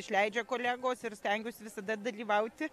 išleidžia kolegos ir stengiuos visada dalyvauti